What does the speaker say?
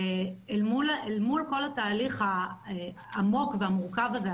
אל מול כל התהליך העמוק והמורכב הזה,